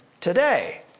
today